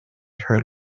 her